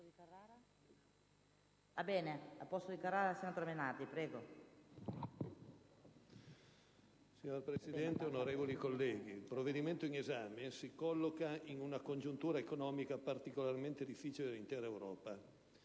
Signora Presidente, onorevoli colleghi, il provvedimento in esame si colloca in una congiuntura economica particolarmente difficile per l'intera Europa.